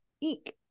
Eek